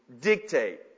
dictate